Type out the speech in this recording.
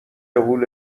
حوله